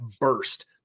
burst